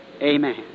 Amen